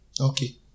Okay